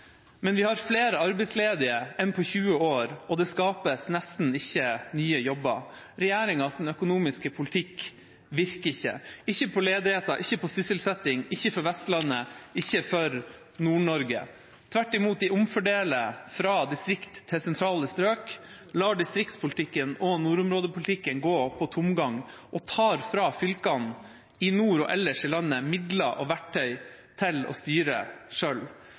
men vi har flere arbeidsledige enn på 20 år, og det skapes nesten ikke nye jobber. Regjeringas økonomiske politikk virker ikke – ikke på ledigheten, ikke på sysselsetting, ikke for Vestlandet, ikke for Nord-Norge. Tvert imot omfordeler de fra distrikt til sentrale strøk, lar distriktspolitikken og nordområdepolitikken gå på tomgang, og fra fylkene i nord og ellers i landet tar de midler og verktøy til å styre